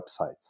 websites